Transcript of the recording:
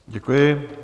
Děkuji.